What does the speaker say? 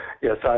Yes